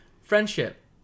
Friendship